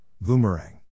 Boomerang